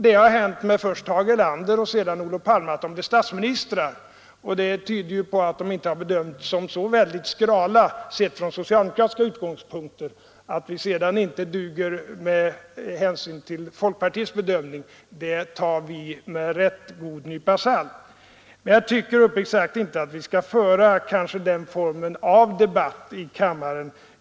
Det har hänt först med Tage Erlander och sedan med Olof Palme att de blev statsministrar, och det tyder ju på att de inte har bedömts som så väldigt skrala sett från socialdemokratiska utgångspunkter. Att vi sedan inte duger enligt folkpartiets bedömning tar vi med en rätt god nypa salt. Jag tycker emellertid uppriktigt sagt inte att vi skall föra den formen av debatt i kammaren.